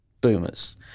boomers